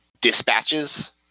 dispatches